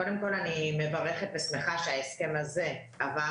קודם כל אני מברכת ושמחה שההסכם הזה עבר